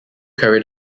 carry